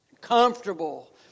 comfortable